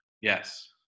Yes